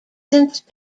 since